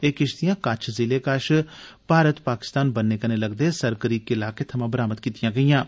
एह किश्तियां कच्छ जिले कश भारत पाकिस्तान बन्ने कन्नै लगदे सर करीक इलाके थमा बरामद कीतियां गेइयां न